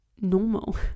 normal